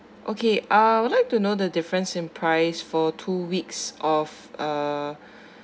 okay I would like to know the difference in price for two weeks of uh